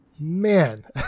Man